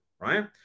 right